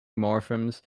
morphemes